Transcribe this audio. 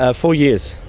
ah four years.